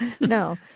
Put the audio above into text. no